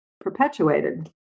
perpetuated